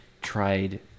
tried